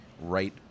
right